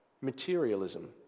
materialism